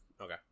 Okay